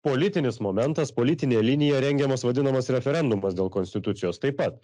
politinis momentas politinė linija rengiamas vadinamas referendumas dėl konstitucijos taip pat